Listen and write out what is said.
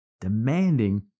Demanding